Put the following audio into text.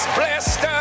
blessed